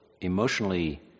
emotionally